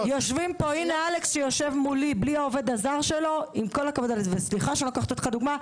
הנה אלכס שיושב מולי עם כל הכבוד וסליחה שלקחתי אותך כדוגמה,